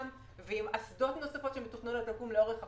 ועם אסדות נוספות שמתוכננות לקום לאורך החופים.